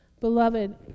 Beloved